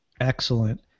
excellent